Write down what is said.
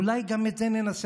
אולי גם את זה ננסה?